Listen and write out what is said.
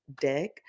deck